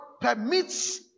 permits